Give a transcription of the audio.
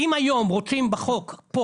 אם היום רוצים בחוק פה